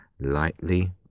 lightly